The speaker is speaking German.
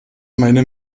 meine